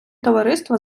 товариства